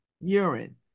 urine